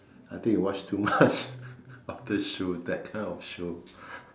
I think I watch too much doctor show that kind of show